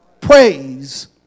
praise